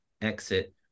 exit